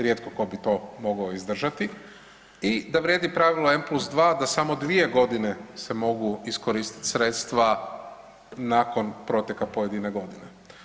Rijetko tko bi to mogao izdržati i da vrijedi pravilo M+2 da samo dvije godine se mogu iskoristiti sredstva nakon proteka pojedine godine.